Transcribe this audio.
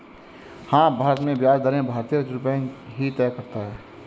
हाँ, भारत में ब्याज दरें भारतीय रिज़र्व बैंक ही तय करता है